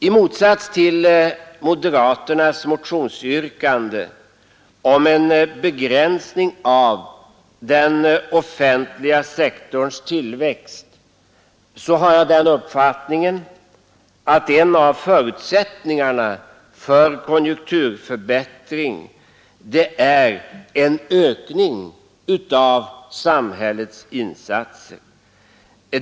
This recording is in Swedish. I motsats till moderaterna, som har ett motionsyrkande om begränsning av den offentliga sektorns tillväxt, har jag den uppfattningen att en av förutsättningarna för konjunkturförbättring är en ökning av samhällets insatser.